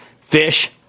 Fish